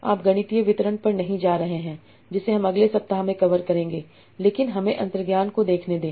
आप गणितीय विवरण पर नहीं जा रहे हैं जिसे हम अगले सप्ताह में कवर करेंगे लेकिन हमें अंतर्ज्ञान को देखने दें